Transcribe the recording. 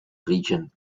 region